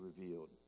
revealed